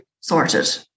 sorted